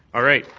all right.